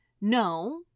No